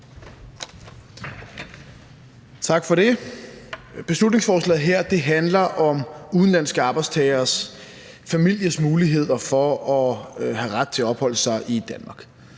Tak for det. Beslutningsforslaget her handler om udenlandske arbejdstageres familiers mulighed for at have ret til at opholde sig i Danmark.